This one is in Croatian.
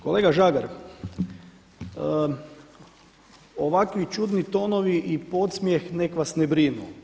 Kolega Žagar, ovakvi čudni tonovi i podsmjeh neka vas ne brinu.